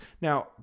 now